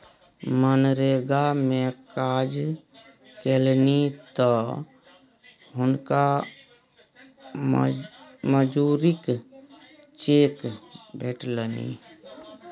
मनरेगा मे काज केलनि तँ हुनका मजूरीक चेक भेटलनि